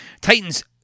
Titans